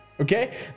Okay